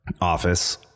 office